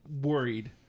worried